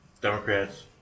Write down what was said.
Democrats